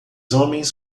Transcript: homens